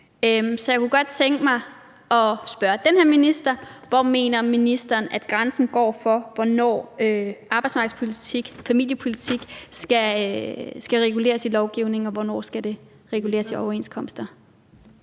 Så jeg kunne godt tænke mig at spørge den her minister: Hvor mener ministeren, at grænsen går for, hvornår arbejdsmarkedspolitik og familiepolitik skal reguleres i lovgivningen, og hvornår det skal reguleres i overenskomster?